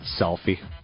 Selfie